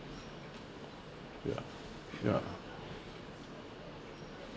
ya ya